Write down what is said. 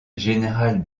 général